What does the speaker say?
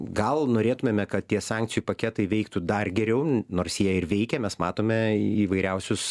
gal norėtumėme kad tie sankcijų paketai veiktų dar geriau nors jie ir veikia mes matome įvairiausius